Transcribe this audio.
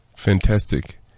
Fantastic